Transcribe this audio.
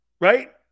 Right